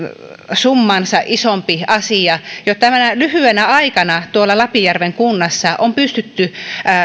summaansa isompi asia jo tänä lyhyenä aikana tuolla lapinjärven kunnassa on pystytty